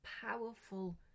powerful